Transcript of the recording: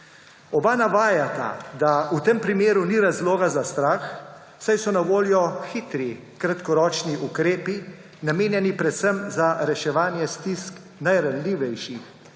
Oba navajata, da v tem primeru ni razloga za strah, saj so na voljo hitri kratkoročni ukrepi, namenjeni predvsem za reševanje stisk najranljivejših, kot